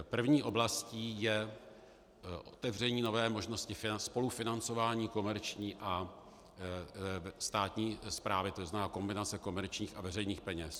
První oblastí je otevření nové možnosti spolufinancování komerční a státní správy, to znamená kombinace komerčních a veřejných peněz.